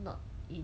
not in